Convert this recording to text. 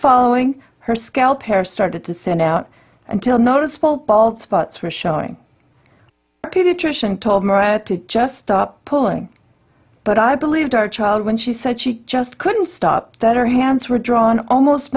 following her scalp hair started to thin out until noticeable bald spots were showing her pediatrician told me to just stop pulling but i believed our child when she said she just couldn't stop that her hands were drawn almost